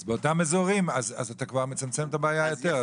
אז אתה כבר מצמצם את הבעיה יותר.